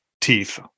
teeth